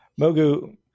Mogu